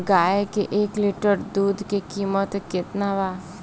गाय के एक लीटर दुध के कीमत केतना बा?